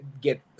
get